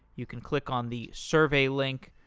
you can click on the survey link.